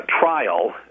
trial